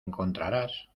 encontrarás